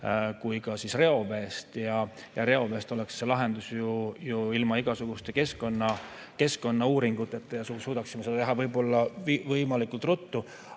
kui ka reoveest. Ja reoveest oleks see lahendus ju ilma igasuguste keskkonnauuringuteta ja suudaksime seda teha võib-olla üsna ruttu.